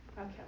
Okay